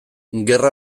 gerra